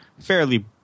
fairly